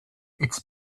its